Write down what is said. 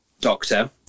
Doctor